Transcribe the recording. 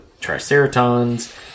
Triceratons